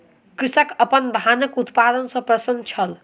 कृषक अपन धानक उत्पादन सॅ प्रसन्न छल